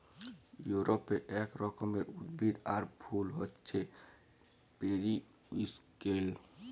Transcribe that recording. ইউরপে এক রকমের উদ্ভিদ আর ফুল হচ্যে পেরিউইঙ্কেল